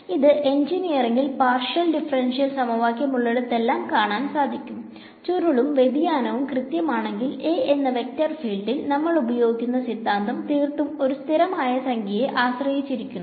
ഇറ്ഗ് എഞ്ചിനീയറിങ്ങിൽ partial differential സമവാക്യം ഉള്ളിടത്തെല്ലാം കാണാൻ സാധിക്കും ചുരുളും വ്യതിയാനവും കൃത്യമാണെങ്കിൽ A എന്ന വെക്ടർ ഫീൽഡിൽ നമ്മൾ ഉപയോഗിക്കുന്ന സിദ്ധാന്തം തീർത്തും ഒരു സ്ഥിരമായ സംഖ്യയെ ആശ്രയിച്ചിരിക്കുന്നു